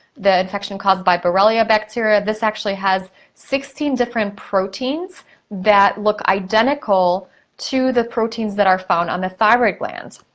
the infection caused by borrelia bacteria. this actually has sixteen different proteins that look identical to the proteins that are found on the thyroid glands.